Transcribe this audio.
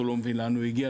הוא לא מבין לאן הוא הגיע,